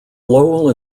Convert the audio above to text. lowell